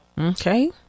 Okay